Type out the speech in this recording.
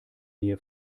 nähe